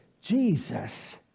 Jesus